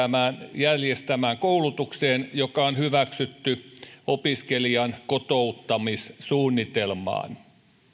järjestämään koulutukseen joka on hyväksytty opiskelijan kotouttamissuunnitelmaan